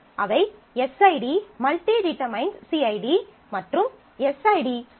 அவை SID →→ CID மற்றும் SID →→ CName